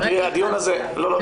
לא, לא.